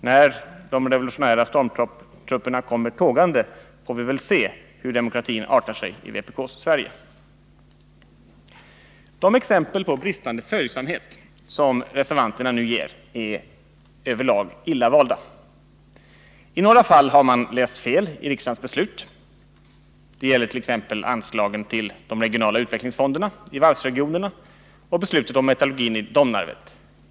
När de revolutionära stormtrupperna kommer tågande får vi väl se hur demokratin artar sig i vpk:s Sverige. De exempel på bristande följsamhet som reservanterna ger är över lag illa valda. I några fall har ni läst fel i riksdagens beslut. Det gäller t.ex. anslagen till de regionala utvecklingsfonderna i varvsregionerna och beslutet om metal Nr 137 lurgin i Domnarvet.